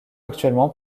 actuellement